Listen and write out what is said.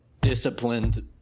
disciplined